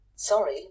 Sorry